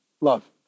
love